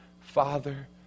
Father